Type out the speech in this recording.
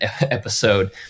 episode